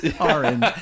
Orange